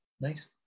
Nice